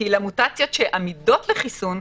כי למוטציות שעמידות לחיסון,